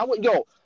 yo